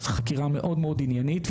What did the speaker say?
חקירה מאוד מאוד עניינית.